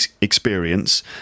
experience